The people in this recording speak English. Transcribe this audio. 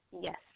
Yes